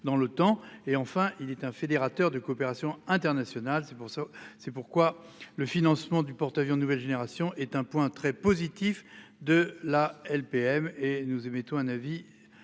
dans le temps et enfin il était un fédérateur de coopération internationale. C'est pour ça. C'est pourquoi le financement du porte-. Avions de nouvelle génération est un point très positif de la LPM et nous émettons un avis